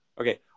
Okay